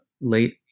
late